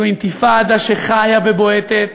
זו אינתיפאדה שחיה ובועטת